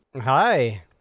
Hi